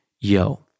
yo